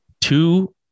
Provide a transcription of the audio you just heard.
two